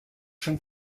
schon